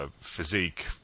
physique